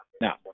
Now